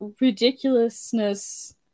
ridiculousness